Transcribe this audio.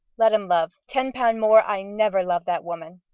let em love ten pound more, i never love that woman.